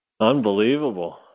Unbelievable